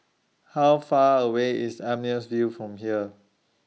How Far away IS Amaryllis Ville from here